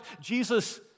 Jesus